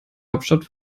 hauptstadt